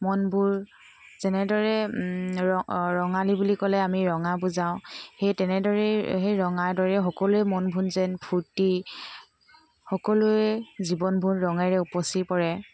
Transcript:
মনবোৰ যেনেদৰে ৰ ৰঙালী বুলি ক'লে আমি ৰঙা বুজাওঁ সেই তেনেদৰেই সেই ৰঙাৰ দৰেই সকলোৱে মনবোৰ যেন ফূৰ্তি সকলোৰে জীৱনবোৰ ৰঙেৰে উপচি পৰে